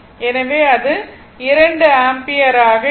எனவே இது 2 ஆம்பியராக இருக்கும்